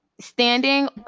Standing